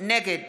נגד